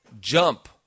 jump